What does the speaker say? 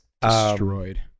destroyed